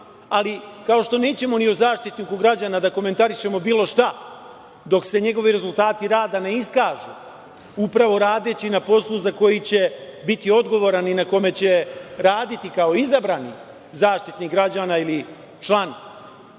ali kao što nećemo ni o Zaštitniku građana da komentarišemo bilo šta dok se njegovi rezultati rada ne iskažu upravo radeći na poslu za koji će biti odgovoran i na kome će raditi kao izabrani Zaštitnik građana ili član